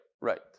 Right